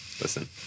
listen